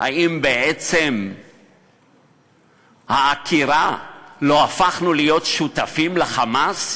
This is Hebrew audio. האם בעצם העקירה לא הפכנו להיות שותפים ל"חמאס",